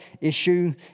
issue